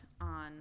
on